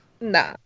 Nah